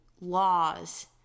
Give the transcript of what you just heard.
laws